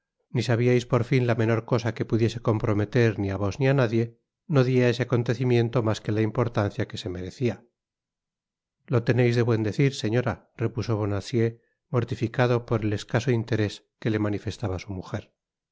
ni sabiais por fin la menor cosa que pudiese comprometer ni á vos ni á nadie no di á ese acontecimiento mas que la importancia que se merecia lo teneis de buen decir señora repuso bonacieux mortificado por el es caso interés que le manifestaba su mujer